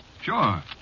Sure